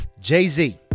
Jay-Z